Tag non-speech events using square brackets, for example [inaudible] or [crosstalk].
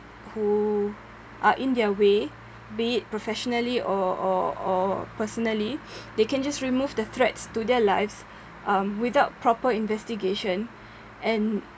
who are in their way be it professionally or or or personally [noise] they can just remove the threats to their lives um without proper investigation and